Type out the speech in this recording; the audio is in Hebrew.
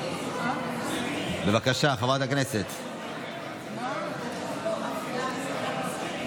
אדוני שר הדתות, אני מאוד שמחה שאתה פה.